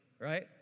right